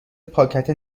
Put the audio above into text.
پاکت